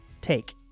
take